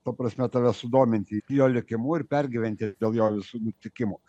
ta prasme tave sudominti jo likimu ir pergyventi dėl jo visų nutikimų